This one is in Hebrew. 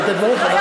דבריך.